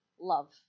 love